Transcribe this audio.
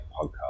podcast